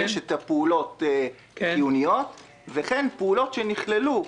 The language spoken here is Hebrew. יש פעולות חיוניות וכן פעולות שנכללו.